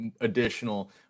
additional